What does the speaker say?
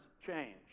change